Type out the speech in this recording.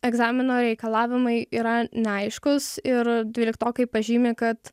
egzamino reikalavimai yra neaiškūs ir dvyliktokai pažymi kad